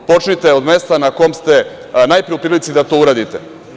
Počnite od mesta na kom ste najpre u prilici da to uradite.